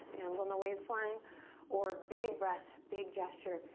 hands on the waistline or big breath, big gesture,